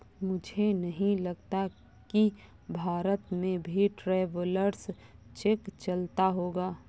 मुझे नहीं लगता कि भारत में भी ट्रैवलर्स चेक चलता होगा